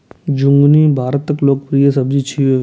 झिंगुनी भारतक लोकप्रिय सब्जी छियै